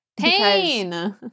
pain